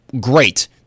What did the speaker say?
great